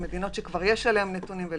מדינות שכבר יש עליהן נתונים היא